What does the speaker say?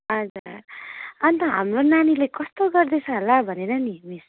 हजुर अन्त हाम्रो नानीले कस्तो गर्दैछ होला भनेर नि मिस